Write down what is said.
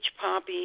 poppy